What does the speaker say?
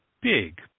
big